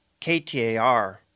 KTAR